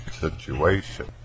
situation